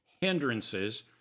hindrances